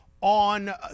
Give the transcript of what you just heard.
on